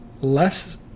less